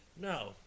no